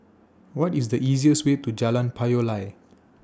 What IS The easiest Way to Jalan Payoh Lai